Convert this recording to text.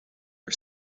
are